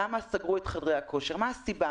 למה סגרו את חדרי הכושר, מה הסיבה.